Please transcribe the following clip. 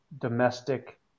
domestic